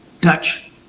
Dutch